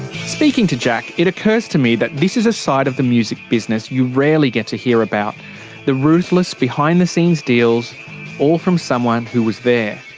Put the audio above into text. speaking to jack it occurs to me that this is a side of the music business you rarely get to hear about the ruthless behind-the-scenes deals all from someone who was there.